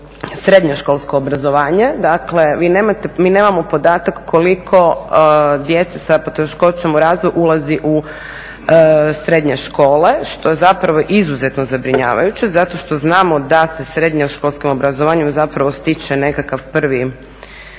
srednjoškolsko obrazovanje dakle vi nemate, mi nemamo podatak koliko djece sa poteškoćama u razvoju ulazi u srednje škole što je zapravo izuzetno zabrinjavajuće zato što znamo da se srednjoškolskim obrazovanjem zapravo stiče nekakva prva